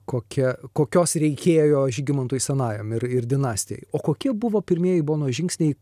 kokia kokios reikėjo žygimantui senajam ir ir dinastijai o kokie buvo pirmieji bonos žingsniai